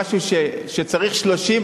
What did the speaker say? למשהו שצריך 30,